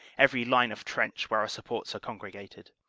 every line of trench, where our supports are congregated.